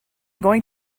going